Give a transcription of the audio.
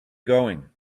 going